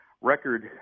record